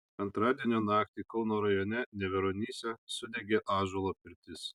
antradienio naktį kauno rajone neveronyse sudegė ąžuolo pirtis